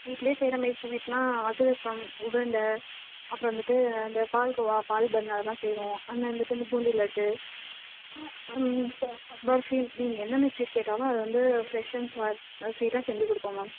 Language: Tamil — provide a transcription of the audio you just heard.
வீட்லையே செய்யிற மாதிரி ஸ்வீட்னா அதிரசம் உருண்டை அப்புறம் வந்துவிட்டு இந்த பால்கோவா பால்பன்னு அதெலாம் செய்வோம் அப்புறம் வந்துவிட்டு பூந்தி லட்டு பர்பி நீங்கள் என்னன்ன ஸ்வீட் கேட்டாலும் அதை வந்து ஃப்ரெஷ் அண்ட் ஸ்வீட்டாக செஞ்சு கொடுப்போம் மாம்